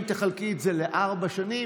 אם תחלקי את זה לארבע שנים,